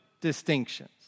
distinctions